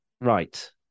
Right